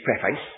preface